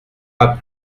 pas